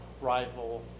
rival